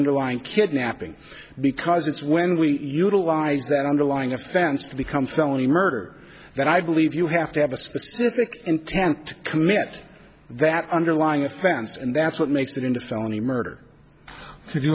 underlying kidnapping because it's when we utilize that underlying offense to become felony murder and i believe you have to have a specific intent to commit that underlying offense and that's what makes it into felony murder if you